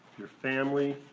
your family,